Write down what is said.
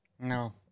No